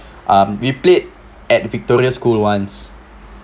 um we played at victoria school once